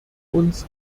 uns